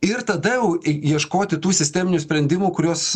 ir tada jau i ieškoti tų sisteminių sprendimų kuriuos